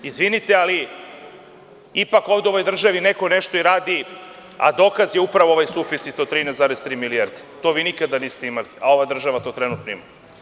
Izvinite, ali ipak ovde u ovoj državi neko nešto i radi, a dokaz je upravo ovaj suficit od 13,3 milijarde, to vi nikada niste imali, a ova država to trenutno ima.